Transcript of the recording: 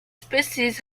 species